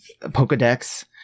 Pokedex